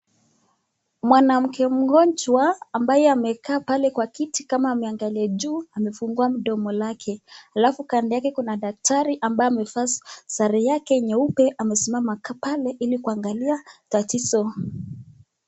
Mwanamke mgonjwa ambaye amekaa pale kwa kiti kama ameangalia juu amefungua mdomo lake. Halafu kando yake kuna daktari ambaye amevaa sare yake nyeupe amesimama pale ili kuangalia tatizo.